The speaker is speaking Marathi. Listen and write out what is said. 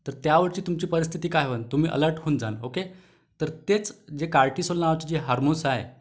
तर त्यावेळची तुमची परिस्थिति काय व्हन तुम्ही अलर्ट होऊन जाल ओके तर तेच जे कार्टीसोल नावाचं जे हार्मोन्स आहे